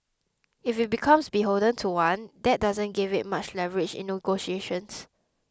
if it becomes beholden to one that doesn't give it much leverage in negotiations